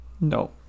no